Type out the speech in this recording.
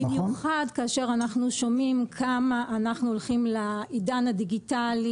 במיוחד כאשר אנחנו שומעים שאנחנו הולכים לעידן הדיגיטלי